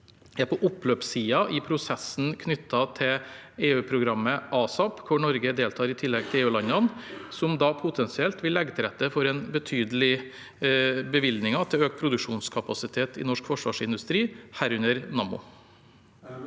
nå på oppløpssiden i prosessen knyttet til EU-programmet ASAP, hvor Norge deltar i tillegg til EU-landene, som da potensielt vil legge til rette for betydelige bevilgninger til økt produksjonskapasitet i norsk forsvarsindustri, herunder Nammo.